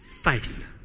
faith